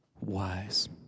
wise